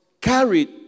carried